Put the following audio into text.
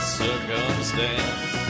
circumstance